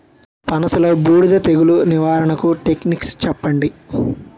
పనస లో బూడిద తెగులు నివారణకు టెక్నిక్స్ చెప్పండి?